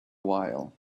while